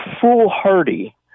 foolhardy